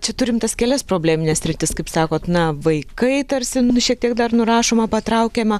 čia turim tas kelias problemines sritis kaip sakot na vaikai tarsi nu šiek tiek dar nurašoma patraukiama